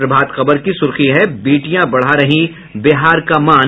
प्रभात खबर की सुर्खी है बेटियां बढ़ा रही बिहार का मान